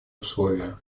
условия